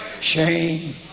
shame